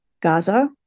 Gaza